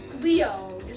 Leo